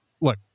look